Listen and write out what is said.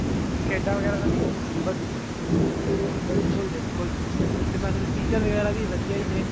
ਹੂੰ ਹੂੰ ਖੇਡਾਂ ਵਗੈਰਾ ਦਾ ਵੀ ਵਧੀਆ ਬਿਲਕੁਲ ਬਿਲਕੁਲ ਅਤੇ ਮੈਂ ਸੁਣਿਆ ਟੀਚਰ ਵਗੈਰਾ ਵੀ ਵਧੀਆ ਹੀ ਨੇ